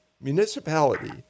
municipality